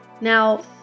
Now